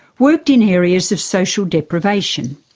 worked in areas of social deprivation.